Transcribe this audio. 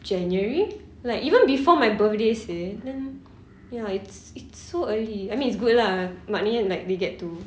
january like even before my birthday seh then ya it's it's so early I mean it's good lah maknanya like they get to